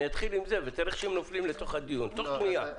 אני אתחיל עם זה ותראה איך שהם נופלים לתוך הדיון תוך שנייה.